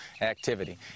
activity